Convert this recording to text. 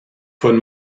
von